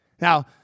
Now